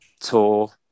tour